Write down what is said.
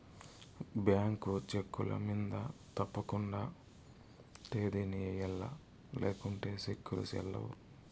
bank చెక్కుల మింద తప్పకండా తేదీని ఎయ్యల్ల లేకుంటే సెక్కులు సెల్లవ్